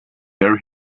there